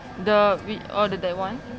the whi~ oh the that one